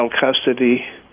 custody